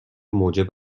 موجب